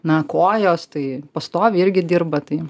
na kojos tai pastoviai irgi dirba tai